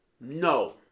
No